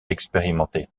expérimenté